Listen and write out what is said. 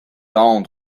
down